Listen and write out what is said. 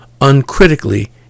uncritically